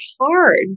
hard